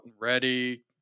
ready